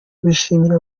gushimira